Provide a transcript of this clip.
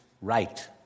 right